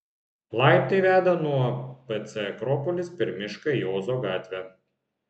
laiptai veda nuo pc akropolis per mišką į ozo gatvę